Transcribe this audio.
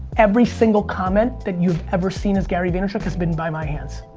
every single comment that you've ever seen as gary vaynerchuk has been by my hands.